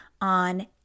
on